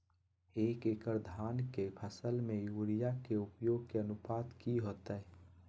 एक एकड़ धान के फसल में यूरिया के उपयोग के अनुपात की होतय?